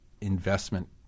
investment